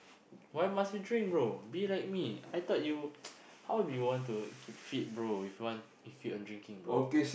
why must you train bro be like me I thought you how do you want to keep fit bro if you want if you are drinking bro